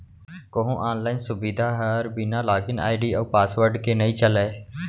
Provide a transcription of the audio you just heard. कोहूँ आनलाइन सुबिधा हर बिना लॉगिन आईडी अउ पासवर्ड के नइ चलय